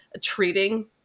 treating